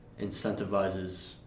incentivizes